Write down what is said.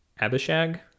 Abishag